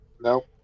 No